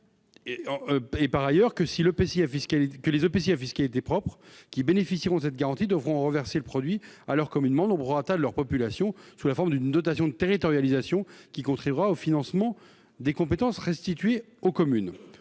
de 2019, et que les EPCI à fiscalité propre qui bénéficieront de cette garantie devront en reverser le produit à leurs communes membres au prorata de leur population, sous la forme d'une dotation de territorialisation qui contribuera au financement des compétences restituées aux communes.